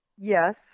Yes